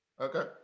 Okay